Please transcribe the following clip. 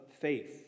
faith